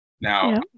Now